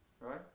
right